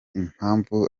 impamvu